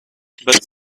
but